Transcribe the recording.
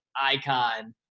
icon